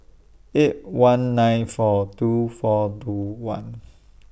eight one nine four two four two one